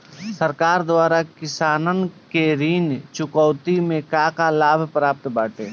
सरकार द्वारा किसानन के ऋण चुकौती में का का लाभ प्राप्त बाटे?